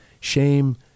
shame